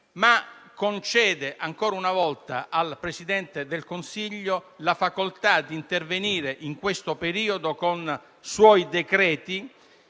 ma concede, ancora una volta, al Presidente del Consiglio la facoltà di intervenire in questo periodo con suoi decreti,